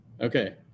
Okay